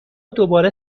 دوباره